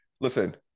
listen